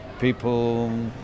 people